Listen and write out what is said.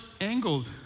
angled